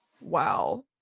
Wow